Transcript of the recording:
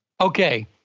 Okay